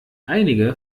einige